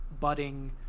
budding